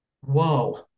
whoa